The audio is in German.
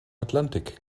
atlantik